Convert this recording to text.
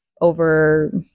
over